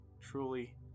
Truly